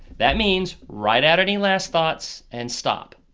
that means write out any last thoughts and stop.